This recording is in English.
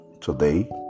today